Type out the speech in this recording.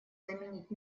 заменить